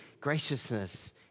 graciousness